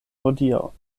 hodiaŭ